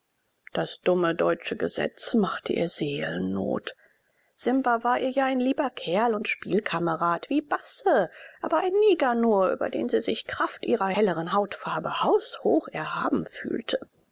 das dumme deutsche gesetz machte ihr seelennot simba war ihr ja ein lieber kerl und spielkamerad wie basse aber ein neger nur über den sie sich kraft ihrer helleren hautfarbe haushoch erhaben fühlte